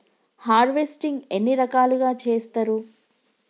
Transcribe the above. Harvesting ఎన్ని రకాలుగా చేస్తరు?